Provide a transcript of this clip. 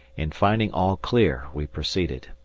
and finding all clear we proceeded.